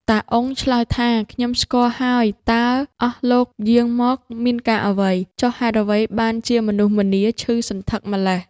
តា អ៊ុង ឆ្លើយថា "ខ្ញុំស្គាល់ហើយ តើអស់លោកយាងមកមានការអ្វី? ចុះហេតុអ្វីបានជាមនុស្សម្នាឈឺសន្ធឹកម្ល៉េះ?"